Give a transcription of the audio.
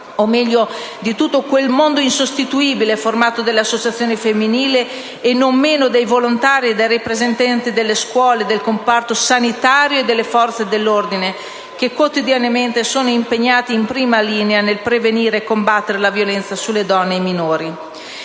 o meglio tutto quel mondo insostituibile formato dalle associazioni femminili e non meno dai volontari, dai rappresentanti delle scuole, del comparto sanitario e delle forze dell'ordine, quotidianamente impegnati in prima linea nel prevenire e combattere la violenza sulle donne e sui minori.